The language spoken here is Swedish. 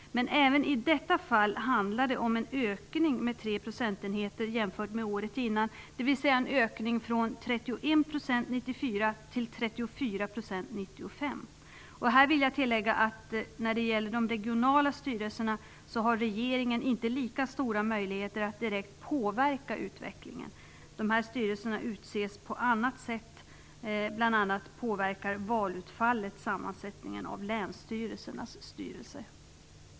Men även i detta fall handlar det om en ökning med 3 procentenheter jämfört med året innan, dvs. en ökning från 31 % 1994 till 34 % 1995. Jag vill i det sammanhanget nämna att regeringen inte har lika stora möjligheter att direkt påverka utvecklingen när det gäller de regionala styrelserna. De här styrelserna utses på annat sätt. Bl.a. påverkar valutfallet sammansättningen av länsstyrelsernas styrelser.